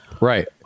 Right